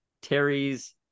Terry's